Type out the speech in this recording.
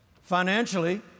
financially